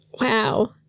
wow